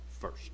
first